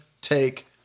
take